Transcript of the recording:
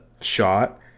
shot